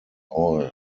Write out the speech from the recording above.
oil